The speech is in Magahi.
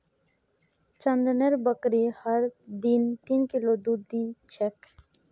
चंदनेर बकरी हर दिन तीन किलो दूध दी छेक